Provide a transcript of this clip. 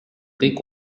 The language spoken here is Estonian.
kõik